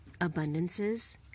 abundances